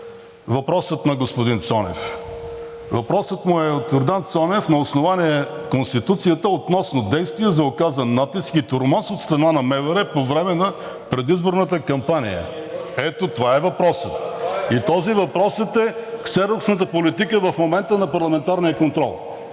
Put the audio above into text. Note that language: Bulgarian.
въпросът на господин Цонев. Въпросът е от Йордан Цонев на основание Конституцията относно действия за оказан натиск и тормоз от страна на МВР по време на предизборната кампания. Ето това е въпросът и този въпрос е ксероксната политика в момента на парламентарния контрол.